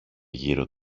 γύρω